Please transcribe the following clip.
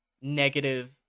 negative